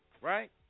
right